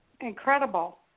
incredible